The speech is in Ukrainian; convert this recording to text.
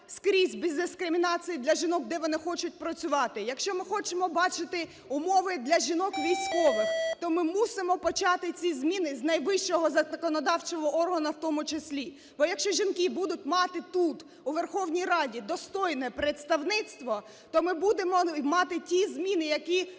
без дискримінації для жінок, де вони хочуть працювати, якщо ми хочемо бачити умови для жінок-військових, то ми мусимо почати ці зміни з найвищого законодавчого органу в тому числі. Бо якщо жінки будуть мати тут, у Верховній Раді, достойне представництво, то ми будемо мати ті зміни, які вимагає